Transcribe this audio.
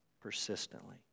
Persistently